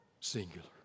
singular